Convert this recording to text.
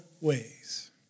ways